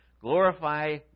Glorify